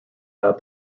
that